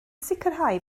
sicrhau